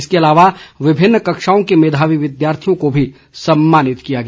इसके अलावा विभिन्न कक्षाओं के मेधावी विद्यार्थियों को भी सम्मानित किया गया